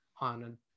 on